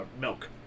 milk